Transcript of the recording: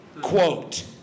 Quote